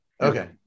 Okay